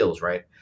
right